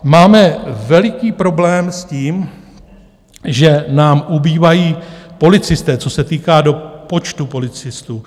Máme veliký problém s tím, že nám ubývají policisté, co se týká počtu policistů.